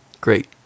Great